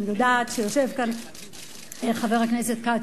אני יודעת שיושב כאן חבר הכנסת כץ,